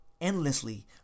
endlessly